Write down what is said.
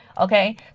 okay